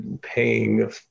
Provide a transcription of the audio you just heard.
paying